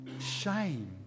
Shame